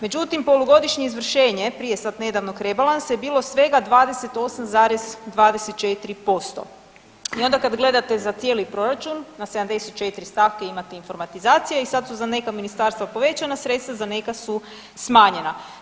Međutim, polugodišnje izvršenje prije sada nedavnog rebalansa je bilo svega 28,24% i onda kada gledate za cijeli proračun 84 stavke imate informatizacije i sada su za neka ministarstva povećana sredstva, za neka su smanjena.